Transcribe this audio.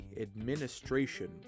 Administration